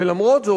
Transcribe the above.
ולמרות זאת,